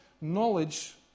knowledge